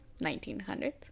1900s